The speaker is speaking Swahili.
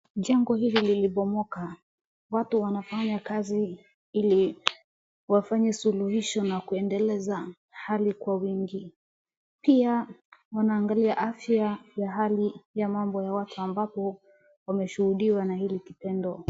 Jengo hili lilibomoka, watu wanafanya kazi ili wafanye suluhisho na kuendeleza hali kwa wingi. Pia wanangalia afya ya hali ya mambo ya watu ambapo wameshuhudiwa na hiki kitendo.